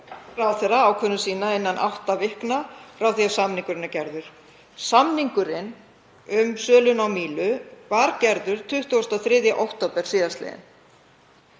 ráðherra ákvörðun sína innan átta vikna frá því að samningurinn er gerður. Samningurinn um sölu á Mílu var gerður 23. október síðastliðinn.